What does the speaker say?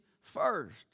first